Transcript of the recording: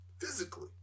physically